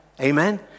Amen